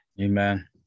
Amen